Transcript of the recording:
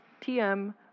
TM